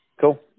Cool